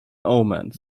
omens